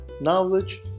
knowledge